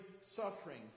suffering